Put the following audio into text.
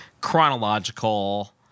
chronological